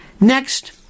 Next